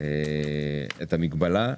את המגבלה.